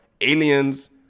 Aliens